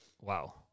Wow